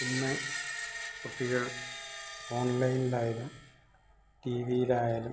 ഇന്ന് കുട്ടികൾ ഓൺലൈൻലായാലും ടീവീലായാലും